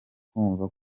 kumva